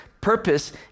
purpose